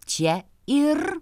čia ir